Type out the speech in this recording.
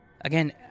Again